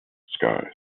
skies